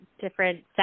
different